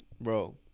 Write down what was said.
Bro